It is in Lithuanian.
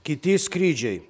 kiti skrydžiai